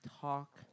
talk